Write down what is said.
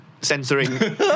censoring